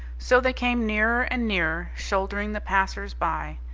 so they came nearer and nearer, shouldering the passers-by.